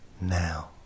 now